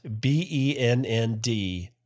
B-E-N-N-D